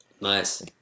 Nice